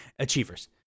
achievers